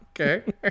Okay